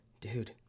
dude